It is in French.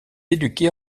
éduquée